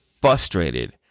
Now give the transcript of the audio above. frustrated